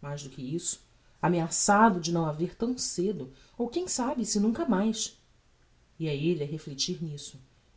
mais do que isso ameaçado de a não ver tão cedo ou quem sabe se nunca mais ia elle a reflectir nisto